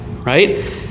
right